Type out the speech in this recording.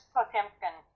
Potemkin